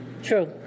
True